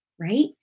right